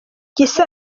gisa